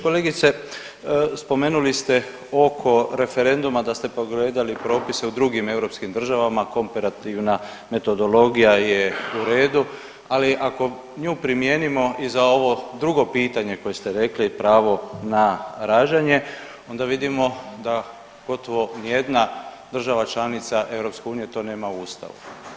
Kolegice spomenuli ste oko referenduma da ste pogledali propise u drugim europskim državama komparativna metodologija je u redu, ali ako nju primijenimo i za ovo drugo pitanje koje ste rekli, pravo na rađanje, onda vidimo da gotovo ni jedna država članica EU to nema u Ustavu.